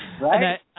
Right